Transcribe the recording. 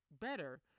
better